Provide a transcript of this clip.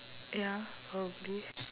ya probably